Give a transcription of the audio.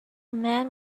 man